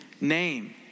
name